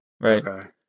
right